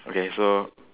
okay so